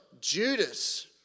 Judas